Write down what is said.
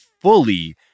fully